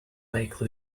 lake